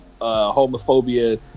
homophobia